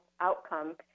outcome